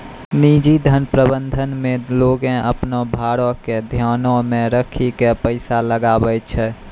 निजी धन प्रबंधन मे लोगें अपनो भारो के ध्यानो मे राखि के पैसा लगाबै छै